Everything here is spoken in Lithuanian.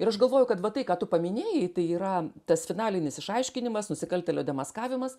ir aš galvoju kad va tai ką tu paminėjai tai yra tas finalinis išaiškinimas nusikaltėlio demaskavimas